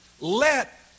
Let